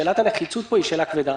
שאלת הנחיצות פה היא שאלה כבדה.